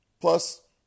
Plus